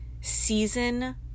Season